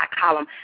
column